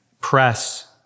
Press